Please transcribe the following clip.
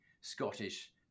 Scottish